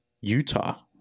Utah